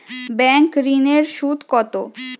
Bank ঋন এর সুদ কত?